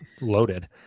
loaded